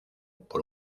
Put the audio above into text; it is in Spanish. por